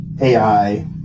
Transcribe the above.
AI